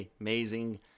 amazing